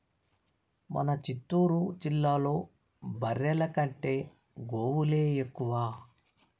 మన చిత్తూరు జిల్లాలో బర్రెల కంటే గోవులే ఎక్కువ